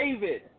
David